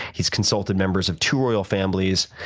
he's consulted members of two royal families,